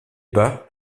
bas